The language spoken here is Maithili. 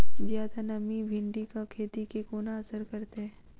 जियादा नमी भिंडीक खेती केँ कोना असर करतै?